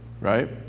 right